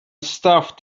stuffed